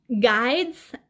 guides